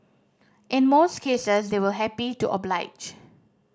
in most cases they will happy to oblige